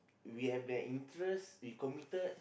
we have that interest we committed